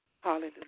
Hallelujah